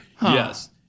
Yes